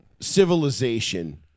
civilization